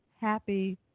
happy